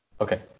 Okay